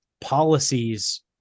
policies